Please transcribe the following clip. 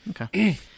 okay